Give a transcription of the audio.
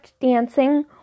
dancing